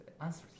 answer